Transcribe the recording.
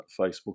Facebook